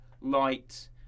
light